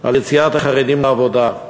על יציאת החרדים לעבודה.